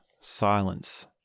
silence